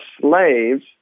slaves